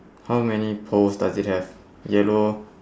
how many poles does it have yellow